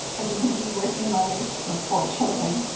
as a busy working mother with four children,